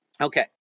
Okay